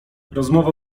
rozmowa